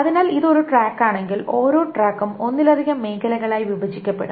അതിനാൽ ഇത് ഒരു ട്രാക്കാണെങ്കിൽ ഓരോ ട്രാക്കും ഒന്നിലധികം മേഖലകളായി വിഭജിക്കപ്പെടും